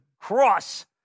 cross